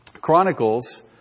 chronicles